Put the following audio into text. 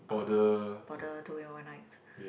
uh border two day one nights